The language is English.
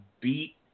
beat